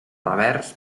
revers